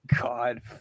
God